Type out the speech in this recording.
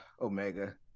omega